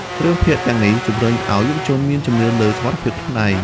រឿងភាគ ទាំងនេះជំរុញឱ្យយុវជនមានជំនឿលើសមត្ថភាពខ្លួនឯង។